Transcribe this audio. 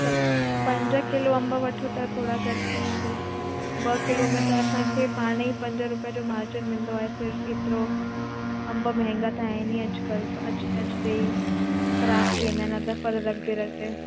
त पंज किलो अंब वठो त थोरा घटि कयऊं बि ॿ किलो में त असांखे पाण ई पंज रुपए जो मार्जन मिलंदो आहे सिर्फ़ु एतिरो अं महांगा त आहिनि ई अॼु कल्ह त अॼु अॼु पे ई ख़राबु थी वेंदा आहिनि अधु फल रखंदे रखंदे